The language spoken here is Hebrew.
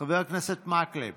חבר הכנסת מקלב,